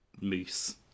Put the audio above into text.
moose